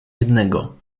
jednego